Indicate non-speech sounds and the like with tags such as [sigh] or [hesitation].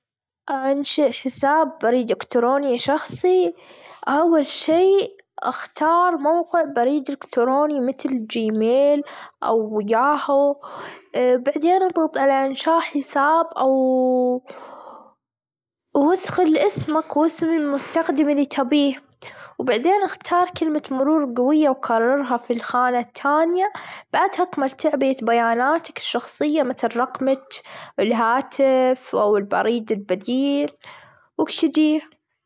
[noise] أنشئ حساب بريد إلكتروني شخصي أول شي أختار موقع بريد إلكتروني متل جيميل، أو ياهو بعدين تضغط إنشاء حساب، أو [hesitation] وأدخل أسمك وأسم المستخدم اللي تبيه وبعدين أختار كلمة مرور جوية وكررها في الخانة التانية بعدها تكمل تعبئة بياناتش الشخصية متل رقمتش الهاتف، أو البريد البديل وبشدي.